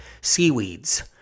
seaweeds